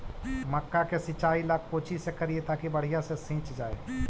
मक्का के सिंचाई ला कोची से करिए ताकी बढ़िया से सींच जाय?